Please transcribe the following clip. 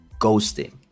Ghosting